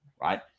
right